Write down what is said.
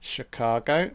Chicago